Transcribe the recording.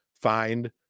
find